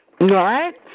Right